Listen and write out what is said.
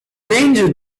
ranger